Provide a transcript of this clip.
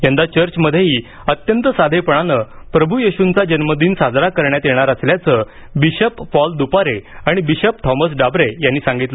यंदा चर्चमध्येही अत्यंत साधेपणानंच प्रभू येशूचा जन्मदिन साजरा करण्यात येणार असल्याचंही बिशप पॉल दुपारे आणि बिशप थॉमस डाबरे यांनी सांगितलं